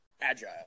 agile